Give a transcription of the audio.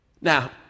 Now